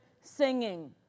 singing